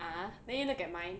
ah then you look at mine